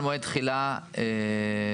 ולקיחת של וועדה מקומית ולהעיר אותה לשם,